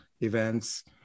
events